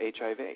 HIV